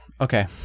okay